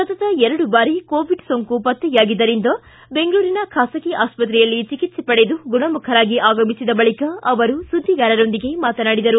ಸತತ ಎರಡು ಬಾರಿ ಕೋವಿಡ್ ಸೋಂಕು ಪತ್ತೆಯಾಗಿದ್ದರಿಂದ ಬೆಂಗಳೂರಿನ ಖಾಸಗಿ ಆಸ್ವತ್ರೆಯಲ್ಲಿ ಚಿಕಿತ್ಸೆ ಪಡೆದು ಗುಣಮುಖರಾಗಿ ಆಗಮಿಸಿದ ಬಳಿಕ ಅವರು ಸುದ್ದಿಗಾರರೊಂದಿಗೆ ಮಾತನಾಡಿದರು